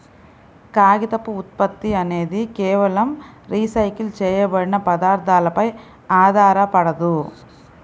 కాగితపు ఉత్పత్తి అనేది కేవలం రీసైకిల్ చేయబడిన పదార్థాలపై ఆధారపడదు